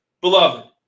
beloved